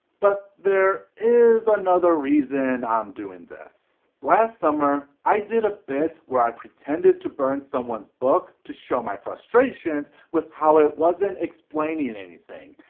but there is another reason i'm doing this. last summer, i did a bit where i pretended to burn someone's book to show my frustrations with how it wasn't explaining and anything.